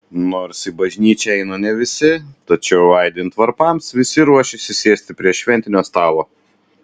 nors į bažnyčią eina ne visi tačiau aidint varpams visi ruošiasi sėsti prie šventinio stalo